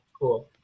Cool